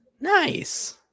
Nice